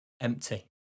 Empty